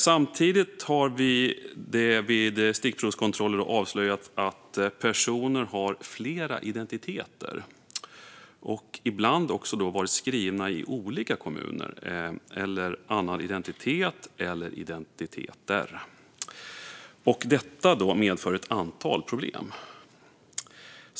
Samtidigt har det vid stickprovskontroller avslöjats att personer haft flera identiteter och ibland också varit skrivna i olika kommuner med olika identiteter. Detta medför ett antal problem.